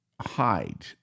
hide